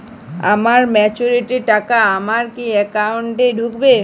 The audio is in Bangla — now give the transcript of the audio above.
আমার ম্যাচুরিটির টাকা আমার কি অ্যাকাউন্ট এই ঢুকবে?